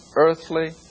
earthly